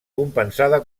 compensada